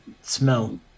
smell